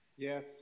Yes